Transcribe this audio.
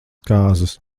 kāzas